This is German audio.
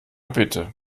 bitte